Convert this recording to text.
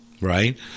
right